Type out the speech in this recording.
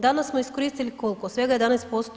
Danas smo iskoristili koliko, svega 11%